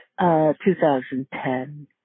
2010